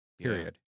Period